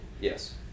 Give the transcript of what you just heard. yes